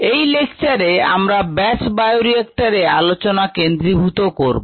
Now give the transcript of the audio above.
এই লেকচারে আমরা ব্যাচ বায়োরিএক্টর নিয়ে আলোচনা সীমাবব্ধ রাখব